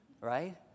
right